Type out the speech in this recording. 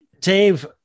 Dave